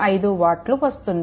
25 వాట్లు వస్తుంది